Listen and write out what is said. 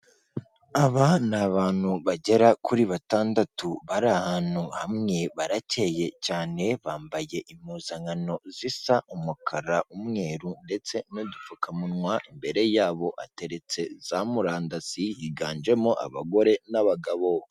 Aba ni abantu bagera kuri batandatu bari ahantu hamwe baracyeye cyane bambaye impuzankano zisa umukara, umweru ndetse n'udupfukamunwa. Imbere yabo hateretse za murandazi higanjemo abagore n'abagabo.